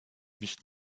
nicht